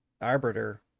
arbiter